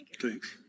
Thanks